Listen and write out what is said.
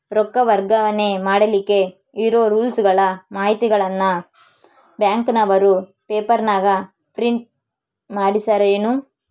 ರೊಕ್ಕ ವರ್ಗಾವಣೆ ಮಾಡಿಲಿಕ್ಕೆ ಇರೋ ರೂಲ್ಸುಗಳ ಮಾಹಿತಿಯನ್ನ ಬ್ಯಾಂಕಿನವರು ಪೇಪರನಾಗ ಪ್ರಿಂಟ್ ಮಾಡಿಸ್ಯಾರೇನು?